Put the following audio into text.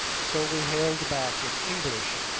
so we hailed back in english,